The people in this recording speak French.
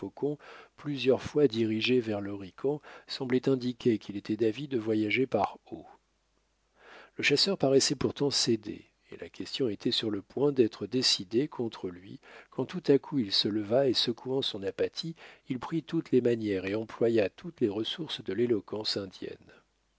plusieurs fois dirigé vers l'horican semblait indiquer qu'il était d'avis de voyager par eau le chasseur paraissait pourtant céder et la question était sur le point d'être décidée contre lui quand tout à coup il se leva et secouant son apathie il prit toutes les manières et employa toutes les ressources de l'éloquence indienne